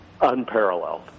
unparalleled